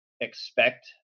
expect